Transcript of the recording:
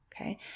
Okay